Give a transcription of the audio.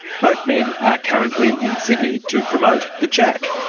both men are currently in sydney to promote the jac.